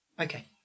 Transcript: Okay